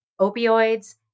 opioids